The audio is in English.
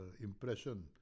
impression